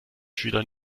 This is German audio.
schüler